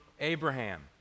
Abraham